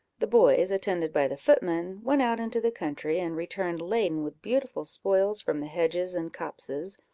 the boys, attended by the footman, went out into the country, and returned laden with beautiful spoils from the hedges and copses,